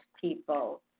people